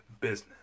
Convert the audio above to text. business